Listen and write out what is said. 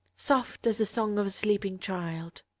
soft as the song of a sleeping child.